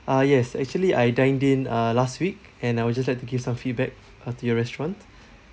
ah yes actually I dined in uh last week and I would just like to give some feedback uh to your restaurant